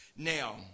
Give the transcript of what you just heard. Now